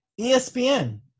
ESPN